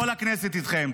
כל הכנסת איתכם.